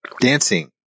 dancing